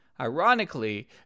Ironically